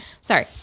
sorry